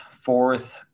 fourth